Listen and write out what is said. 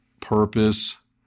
purpose